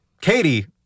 Katie